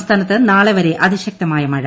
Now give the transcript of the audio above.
സംസ്ഥാനത്ത് നാളെവരെ അതിശക്തമായ മഴ